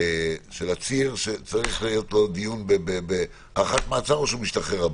של עציר שהיה צריך להיות לו דיון בהארכת מעצר או שהוא משתחרר הביתה.